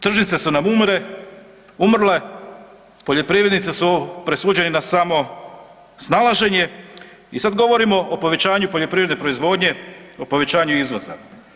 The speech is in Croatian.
Tržnice su nam umrle, umrla je, poljoprivrednici su presuđeni na samo snalaženje i sad govorimo povećanju poljoprivredne proizvodnje, o povećanju izvoza.